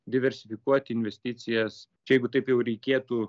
diversifikuoti investicijas jeigu taip jau reikėtų